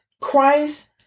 Christ